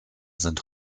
sind